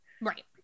Right